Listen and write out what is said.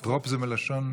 "טרופ" זה מלשון,